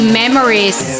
memories